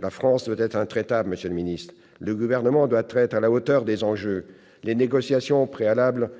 la France doit être ferme et intraitable, monsieur le ministre. Le Gouvernement doit être à la hauteur des enjeux. Les négociations préalables